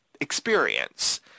experience